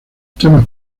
temas